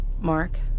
Mark